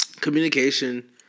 Communication